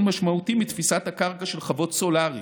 משמעותי מתפיסת הקרקע של חוות סולריות.